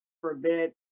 forbid